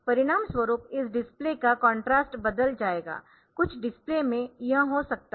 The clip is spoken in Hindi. परिणामस्वरूप इस डिस्प्ले का कंट्रास्ट बदल जाएगा कुछ डिस्प्ले में यह हो सकता है